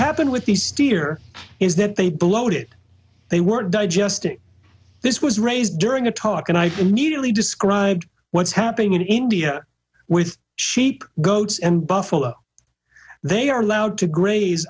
happened with the steer is that they bloated they weren't digesting this was raised during a talk and i immediately described what's happening in india with sheep goats and buffalo they are allowed to gra